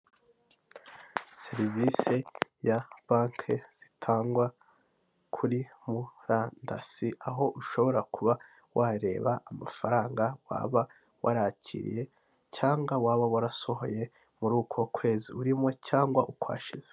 Serivisi ya banke zitangwa kuri murandasi, aho ushobora kuba wareba amafaranga waba warakiriye cyangwa waba warasohoye muri uko kwezi urimo cyangwa ukwashize.